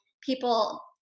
people